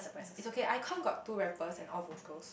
it's okay iKon got two rappers and all vocals